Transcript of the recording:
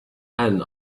and